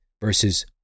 versus